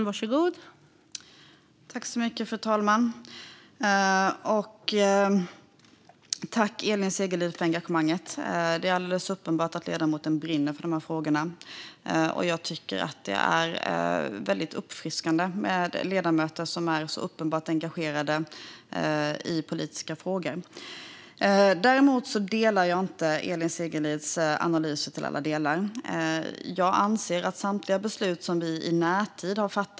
Fru talman! Tack, Elin Segerlind, för engagemanget! Det är alldeles uppenbart att ledamoten brinner för dessa frågor, och jag tycker att det är väldigt uppfriskande med ledamöter som är så uppenbart engagerade i politiska frågor. Däremot delar jag inte Elin Segerlinds analyser till alla delar.